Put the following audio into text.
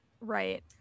right